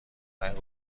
رنگ